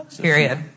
Period